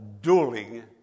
dueling